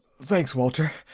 thanks, walter.